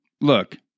look